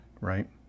Right